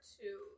two